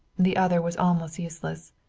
the other was almost useless.